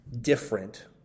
different